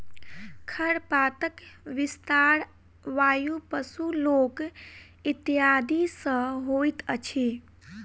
खरपातक विस्तार वायु, पशु, लोक इत्यादि सॅ होइत अछि